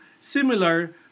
similar